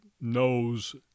knows